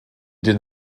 den